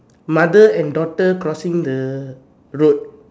mother and daughter crossing the road